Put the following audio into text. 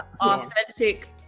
authentic